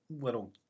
little